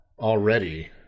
already